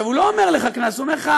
עכשיו, הוא לא אומר לך קנס, הוא אומר לך: